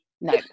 no